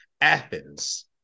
Athens